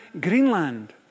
Greenland